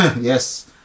Yes